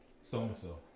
so-and-so